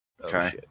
Okay